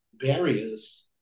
barriers